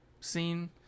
scene